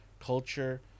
culture